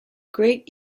great